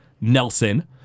Nelson